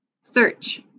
Search